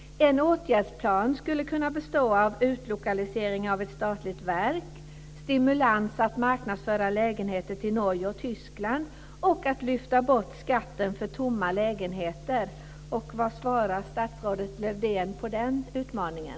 En åtgärdsplan skulle kunna bestå av utlokalisering av ett statligt verk, stimulans att marknadsföra lägenheter i Norge och Tyskland samt att lyfta bort skatten för tomma lägenheter. Vad svarar statsrådet Lövdén på den utmaningen?